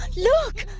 look!